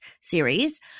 series